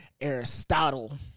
Aristotle